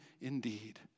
indeed